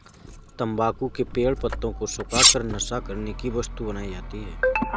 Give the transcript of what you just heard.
तम्बाकू के पेड़ पत्तों को सुखा कर नशा करने की वस्तु बनाई जाती है